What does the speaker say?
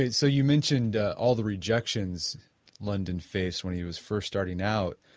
and so you mentioned all the rejections london faced when he was first starting out.